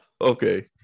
Okay